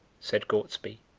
said gortsby,